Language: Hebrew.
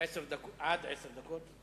עד עשר דקות.